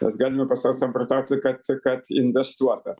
mes galime pasasamprotauti kad kad investuota